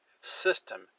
system